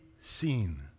seen